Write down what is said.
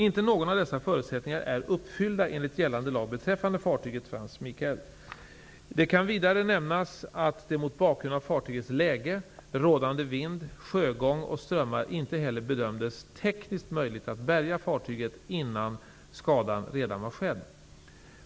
Inte någon av dessa förutsättningar är uppfylld enligt gällande lag beträffande fartyget Frank Michael. Det kan vidare nämnas att det mot bakgrund av fartygets läge, rådande vind, sjögång och strömmar inte heller bedömdes tekniskt möjligt att bärga fartyget innan skadan redan var skedd.